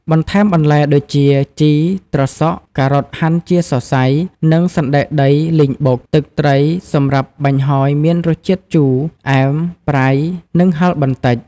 បន្ថែមបន្លែដូចជា ជី ត្រសក់ ការ៉ុតហាន់ជាសរសៃ និងសណ្ដែកដីលីងបុក ទឹកត្រីសម្រាប់បាញ់ហ៊យមានរសជាតិជូរ អែម ប្រៃ និងហឹរបន្តិច។